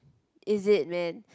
is it man